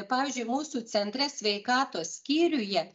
pavyzdžiui mūsų centre sveikatos skyriuje